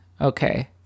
okay